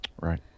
Right